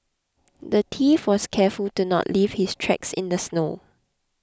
the thief was careful to not leave his tracks in the snow